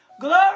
Glory